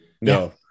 No